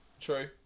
True